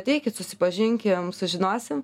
ateikit susipažinkim sužinosim